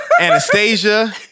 Anastasia